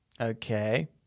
Okay